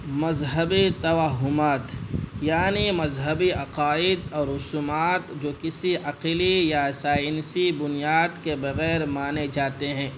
مذہب توہمات یعنی مذہبی عقائد اور رسومات جو کسی عقلی یا سائنسی بنیاد کے بغیر مانے جاتے ہیں